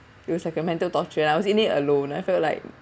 it was like a mental torture I was in it alone I felt like